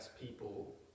people